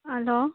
hello